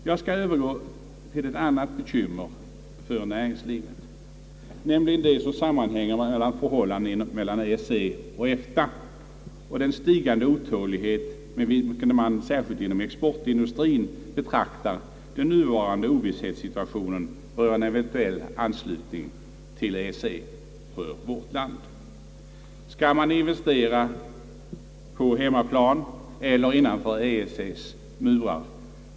Jag skall övergå till ett annat bekymmer för näringslivet, nämligen det som sammanhänger med förhållandena mellan EEC och EFTA och den stigande otålighet, med vilken man inom exportindustrien betraktar den nuvarande ovissheten rörande en eventuell anslutning till EEC för vårt land, Skall man investera på hemmaplan eller innanför EEC:s murar?